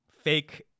fake